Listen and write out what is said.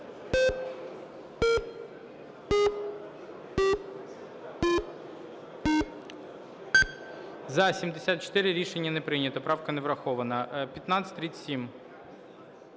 За-74 Рішення не прийнято. Правка не врахована. 1537.